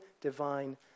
divine